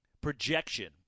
projection